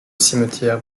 cimetière